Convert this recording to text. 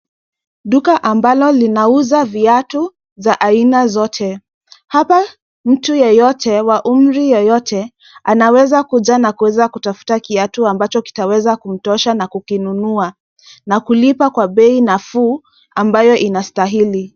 Duka ambalo linauza viatu za aina zote. Hapa mtu yeyote wa umri yoyote anaweza kuja na kuweza kutafuta kiatu ambacho kitaweza kumtosha na kukinunua na kulipa kwa bei nafuu ambayo inastahili.